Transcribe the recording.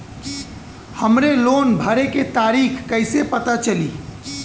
हमरे लोन भरे के तारीख कईसे पता चली?